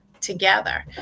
together